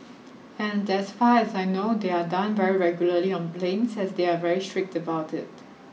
and as far as I know they are done very regularly on planes as they are very strict about it